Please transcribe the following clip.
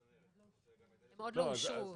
הן עוד לא אושרו.